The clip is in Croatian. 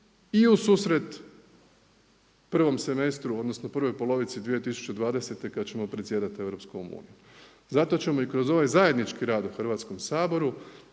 i u susret prvom semestru, odnosno prvoj polovici 2020. kada ćemo predsjedati EU. Zato ćemo i kroz ovaj zajednički rad u Hrvatskom saboru